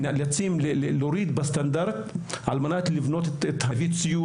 אבל אנחנו נאלצים להוריד בסטנדרט על מנת לבנות את כיתות הלימוד.